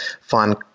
find